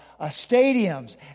stadiums